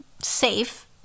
safe